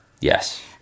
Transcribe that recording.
Yes